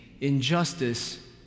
injustice